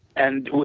and,